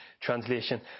translation